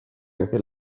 anche